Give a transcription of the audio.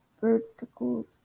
verticals